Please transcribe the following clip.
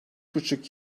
buçuk